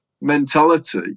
mentality